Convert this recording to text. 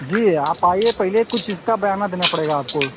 जी आप आइए पहले कुछ इसका बयाना देना पड़ेगा आपको